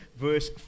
verse